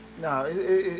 No